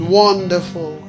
wonderful